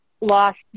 lost